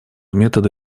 методы